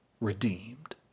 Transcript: redeemed